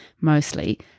mostly